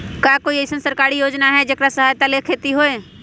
का कोई अईसन सरकारी योजना है जेकरा सहायता से खेती होय?